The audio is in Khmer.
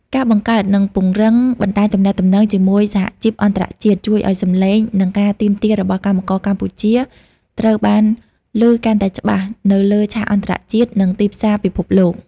ការបង្កើត និងពង្រឹងបណ្តាញទំនាក់ទំនងជាមួយសហជីពអន្តរជាតិ ជួយឱ្យសំឡេង និងការទាមទាររបស់កម្មករកម្ពុជាត្រូវបានឮកាន់តែច្បាស់នៅលើឆាកអន្តរជាតិ និងទីផ្សារពិភពលោក។